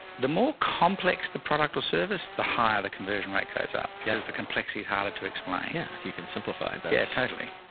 the more complex the product or service, the higher the conversion rate goes up because the complexity is harder to explain. yeah. if you can simplify that. yes, totally.